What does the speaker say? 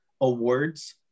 awards